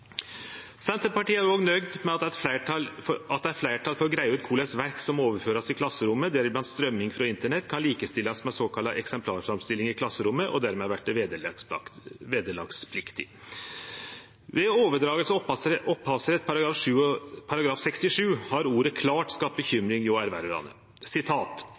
Senterpartiet er òg nøgd med at det er fleirtal for å greie ut korleis verk som vert overførte i klasserommet, deriblant strøyming frå internett, kan likestillast med såkalla eksemplarframstilling i klasserommet og dermed verte vederlagspliktige. Ved overdraging av opphavsrett § 67 har ordet